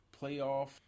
playoff